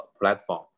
platform